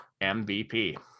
MVP